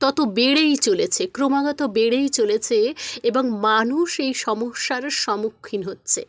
তত বেড়েই চলেছে ক্রমাগত বেড়েই চলেছে এবং মানুষ এই সমস্যার সমুক্ষীন হচ্ছে